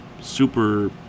super